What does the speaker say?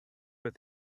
but